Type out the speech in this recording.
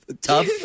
Tough